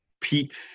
Pete